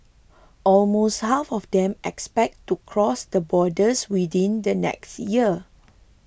almost half of them expect to cross the borders within the next year